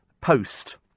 post